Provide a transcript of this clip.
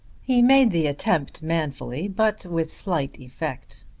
he made the attempt manfully but with slight effect.